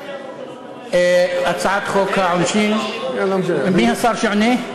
הצעת חוק העונשין, מי השר שעונה?